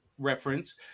reference